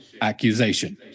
accusation